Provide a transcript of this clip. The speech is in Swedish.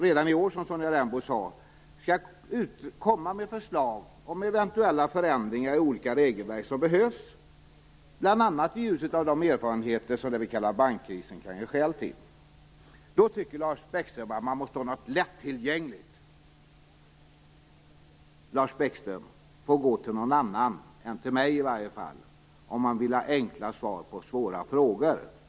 Den skall redan i år komma med förslag till vilka eventuella ändringar i olika regelverk som behövs, bl.a. i ljuset av erfarenheterna av det vi kallar bankkrisen. Men Lars Bäckström tycker då att man måste ha något lättillgängligt. Lars Bäckström får gå till någon annan än mig om han vill ha enkla svar på svåra frågor.